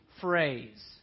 phrase